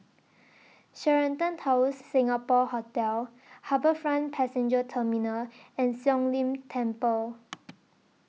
Sheraton Towers Singapore Hotel HarbourFront Passenger Terminal and Siong Lim Temple